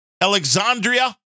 Alexandria